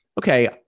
okay